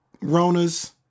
Rona's